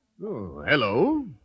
hello